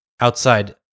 outside